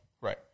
right